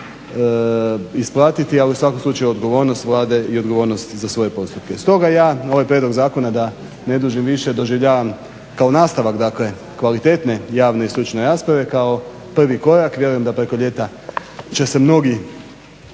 isplatiti, ali u svakom slučaju odgovornost Vlade i odgovornost za svoje postupke. Stoga ja ovaj prijedlog zakona da ne dužim više doživljavam kao nastavak kvalitetne javne i stručne rasprave kao prvi korak. Vjerujem da preko ljeta će se mnogi